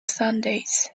sundays